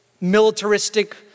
militaristic